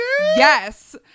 Yes